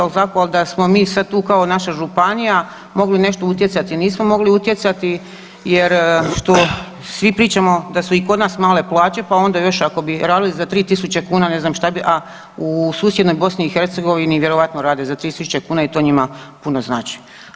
Ali da smo mi tu sad kao naša županija mogli nešto utjecati nismo mogli utjecati, jer što svi pričamo da su i kod nas male plaće, pa onda još ako bi radili za 3000 kuna ne znam šta bi, a u susjednoj BiH vjerojatno rade za 30 000 kuna i to njima puno znači.